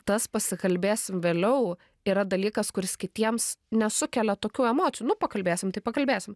tas pasikalbėsim vėliau yra dalykas kuris kitiems nesukelia tokių emocijų nu pakalbėsim tai pakalbėsim